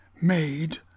made